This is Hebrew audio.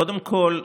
קודם כול,